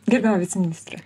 gerbiama viceministre